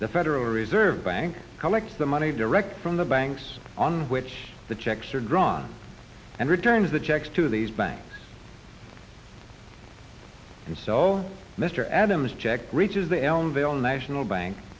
the federal reserve bank collects the money direct from the banks on which the checks are drawn and returns the checks to these banks and so mr adams check reaches the elmdale national bank